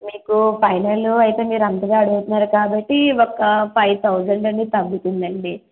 మీకు ఫైనల్లో అయితే మీరు అంతగా అడుగుతున్నారు కాబట్టి ఒక ఫైవ్ థౌసండ్ అనేది తగ్గుతుంది అండి